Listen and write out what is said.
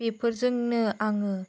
बेफोरजोंनो आङो